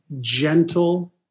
gentle